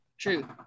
true